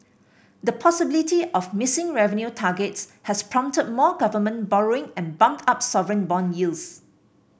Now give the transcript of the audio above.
the possibility of missing revenue targets has prompted more government borrowing and bumped up sovereign bond yields